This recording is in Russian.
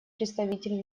представитель